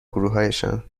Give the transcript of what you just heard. گروهایشان